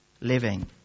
living